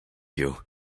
you